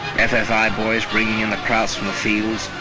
boys bringing in the crowds from the fields,